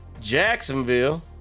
Jacksonville